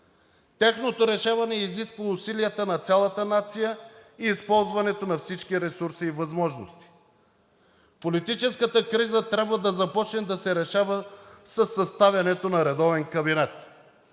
Тяхното решаване изисква усилията на цялата нация и използването на всички ресурси и възможности. Политическата криза трябва да започне да се решава със съставянето на редовен кабинет.